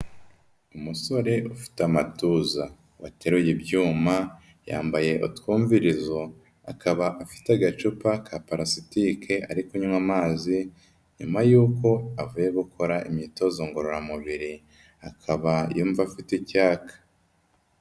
Umusore ufite amatuza. Wateruye ibyuma, yambaye utwumvirizo, akaba afite agacupa ka parasitike ari kunywa amazi, nyuma y'uko avuye gukora imyitozo ngororamubiri, akaba yumva afite icyaka.